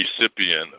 recipient